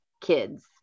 kids